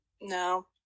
no